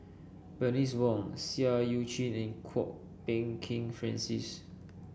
Bernice Wong Seah Eu Chin and Kwok Peng Kin Francis